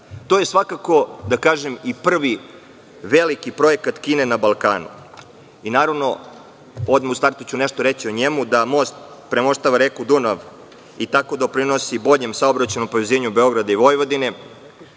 To je svakako i prvi veliki projekat Kine na Balkanu i odmah u startu ću nešto reći o njemu, da most premoštava reku Dunav i tako doprinosi boljem saobraćajnom povezivanju Beograda i Vojvodine.